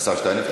השר שטייניץ,